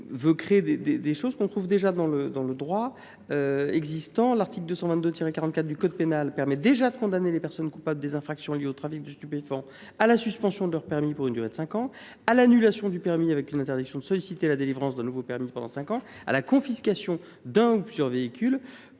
cette mesure nous semble satisfaite par le droit existant. En effet, l’article 222 44 du code pénal permet déjà de condamner les personnes coupables des infractions liées au trafic de stupéfiants à la suspension de leur permis pour une durée de cinq ans, à l’annulation du permis avec une interdiction de solliciter la délivrance d’un nouveau permis pendant cinq ans et à la confiscation d’un ou plusieurs véhicules.